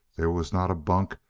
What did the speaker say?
there was not a bunk,